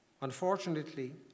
unfortunately